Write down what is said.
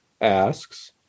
asks